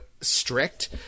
strict